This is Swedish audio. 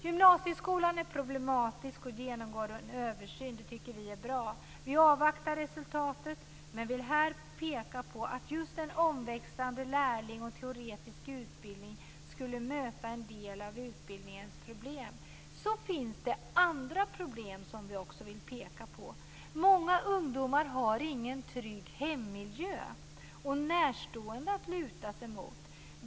Gymnasieskolan har problem och genomgår en översyn. Det tycker vi är bra. Vi avvaktar resultatet, men vi vill här peka på att just en omväxlande lärlingsutbildning och teoretisk utbildning skulle möta en del problem. Det finns också andra problem vi vill peka på. Många ungdomar har inte någon trygg hemmiljö och närstående att luta sig mot.